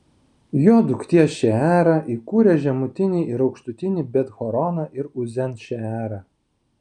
jo duktė šeera įkūrė žemutinį ir aukštutinį bet horoną ir uzen šeerą